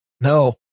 No